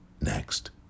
next